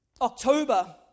October